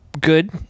good